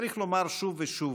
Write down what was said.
צריך לומר שוב ושוב: